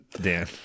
Dan